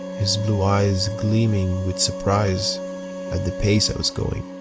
his blue eyes gleaming with surprise at the pace i was going.